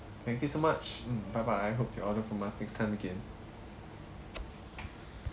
thank you so much mm bye bye I hope your order from us next time again